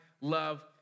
love